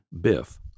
biff